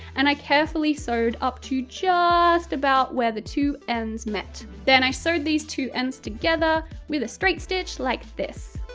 and i carefully sewed up to juuust about where the two ends met. then, i sewed these two ends together with a straight stitch like this,